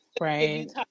right